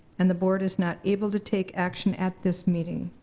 and the board is not able to take action at this meeting.